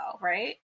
right